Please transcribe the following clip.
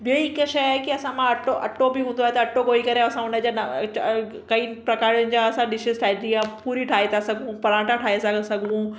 ॿीं हिक शइ आहे की असां मां अटो अटो बि हूंदो आहे त मां अटो ॻोहे करे असां हुनजा कई प्रकारनि जा असां डिशिश ठाहींदी आहे पूरी ठाहे था सघूं पराठा ठाहे था सघूं